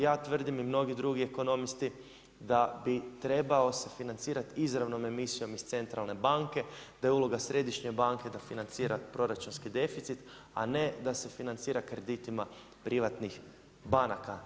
Ja tvrdim i mnogi drugi ekonomisti da bi trebao se financirati izravnom emisijom iz Centralne banke, da je uloga Središnje banke da financira proračunski deficit, a ne da se financira kreditima privatnih banaka.